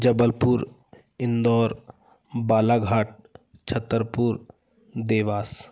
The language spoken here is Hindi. जबलपुर इंदौर बालाघाट छत्तरपुर देवास